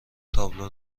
تابلو